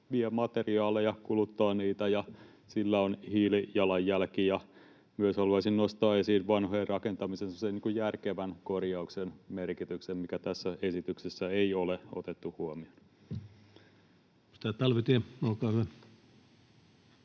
vie materiaaleja, kuluttaa niitä, ja sillä on hiilijalanjälki. Haluaisin myös nostaa esiin vanhojen rakennusten semmoisen järkevän korjauksen merkityksen, mitä tässä esityksessä ei ole otettu huomioon.